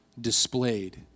displayed